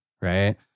right